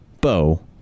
bo